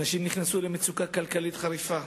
אנשים נכנסו למצוקה כלכלית חריפה.